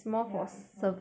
ya it's not